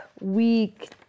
week